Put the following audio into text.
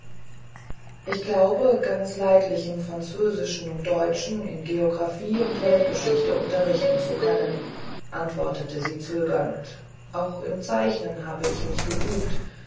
ich glaube ganz leidlich im französischen und deutschen in geographie und weltgeschichte unterrichten zu können antwortete sie zögernd auch im zeichnen habe ich mich geübt